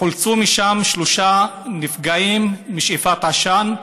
חולצו משם שלושה נפגעים משאיפת עשן.